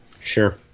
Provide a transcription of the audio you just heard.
Sure